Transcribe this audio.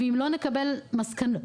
ואם לא נקבל מסקנות